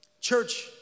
Church